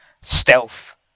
stealth